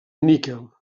níquel